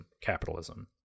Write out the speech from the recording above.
capitalism